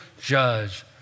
judge